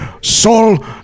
soul